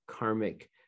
Karmic